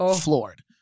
floored